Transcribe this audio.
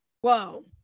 Whoa